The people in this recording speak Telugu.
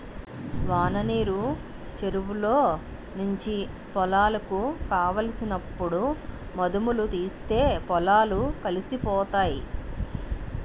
వాననీరు చెరువులో నుంచి పొలాలకు కావలసినప్పుడు మధుముతీస్తే పొలాలు కలిసిపోతాయి